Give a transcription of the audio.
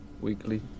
weekly